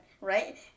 right